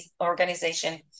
organization